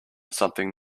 something